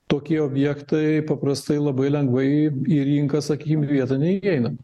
tokie objektai paprastai labai lengvai į rinką sakykim į vietą neįeina